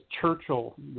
Churchill